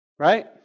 Right